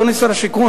אדוני שר השיכון,